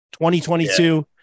2022